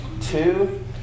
two